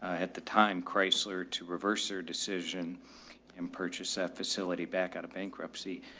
at the time chrysler to reverse their decision and purchase sef facility back out of bankruptcy.